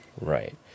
Right